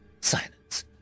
silence